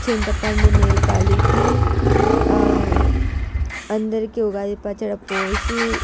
చింతపండు నీళ్ళు కలిపి అందరికి ఉగాది పచ్చడి పోసి